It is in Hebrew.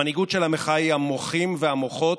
המנהיגות של המחאה היא המוחים והמוחות,